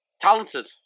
talented